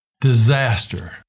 Disaster